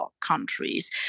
countries